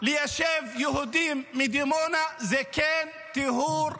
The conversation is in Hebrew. -- ליישב יהודים מדימונה, זה כן טיהור אתני.